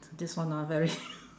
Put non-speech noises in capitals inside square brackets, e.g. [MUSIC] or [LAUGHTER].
this one ah very [LAUGHS]